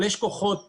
יש כוחות שמתודרכים,